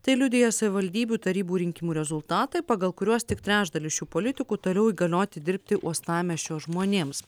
tai liudija savivaldybių tarybų rinkimų rezultatai pagal kuriuos tik trečdalį šių politikų įgalioti dirbti uostamiesčio žmonėms